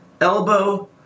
elbow